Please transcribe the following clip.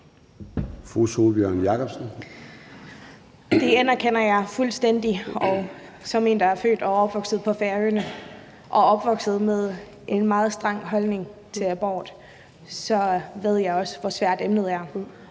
Det anerkender jeg fuldstændig, og som en, der er født og opvokset på Færøerne og opvokset med en meget streng holdning til abort, ved jeg også, hvor svært emnet er.